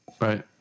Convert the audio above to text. Right